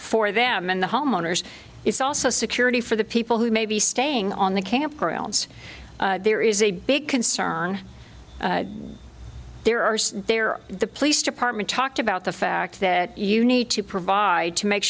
for them and the homeowners it's also security for the people who may be staying on the campgrounds there is a big concern there are there the police department talked about the fact that you need to provide to make